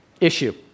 issue